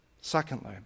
Secondly